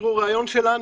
רעיון שלנו.